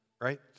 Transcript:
right